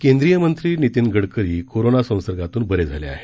केंद्रीय मंत्री नितीन गडकरी कोरोना संसर्गातून बरे झाले आहेत